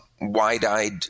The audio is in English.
wide-eyed